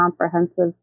comprehensive